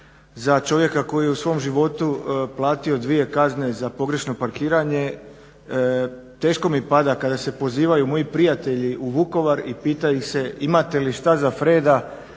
za čovjeka koji je u svom životu platio dvije kazne za pogrešno parkiranje teško mi pada kada se pozivaju moji prijatelji u Vukovar i pita ih se imate li šta za Freda